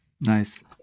Nice